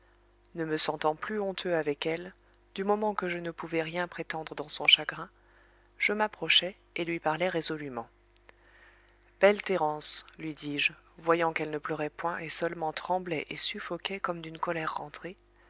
ne me sentant plus honteux avec elle du moment que je ne pouvais rien prétendre dans son chagrin je m'approchai et lui parlai résolument belle thérence lui dis-je voyant qu'elle ne pleurait point et seulement tremblait et suffoquait comme d'une colère rentrée